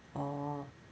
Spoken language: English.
orh